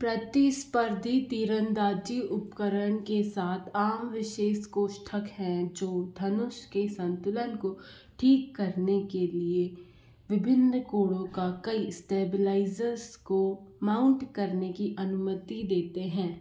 प्रतिस्पर्धी तीरंदाजी उपकरण के साथ आम विशेष कोष्ठक हैं जो धनुष के संतुलन को ठीक करने के लिए विभिन्न कोणों का कई स्टेबलाइज़र्स को माउँट करने की अनुमति देते हैं